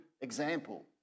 example